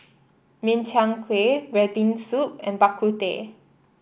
Min Chiang Kueh red bean soup and Bak Kut Teh